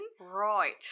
Right